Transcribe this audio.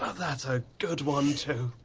ah that's a good one too.